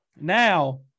Now